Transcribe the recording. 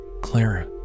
Clara